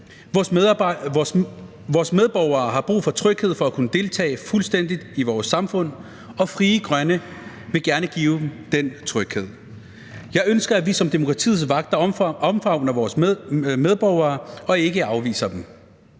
Vores medborgere har brug for tryghed for at kunne deltage fuldt ud i vores samfund, og Frie Grønne vil gerne give dem den tryghed. Jeg ønsker, at vi som demokratiets vogtere omfavner vores medborgere og ikke afviser dem.